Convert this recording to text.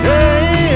Hey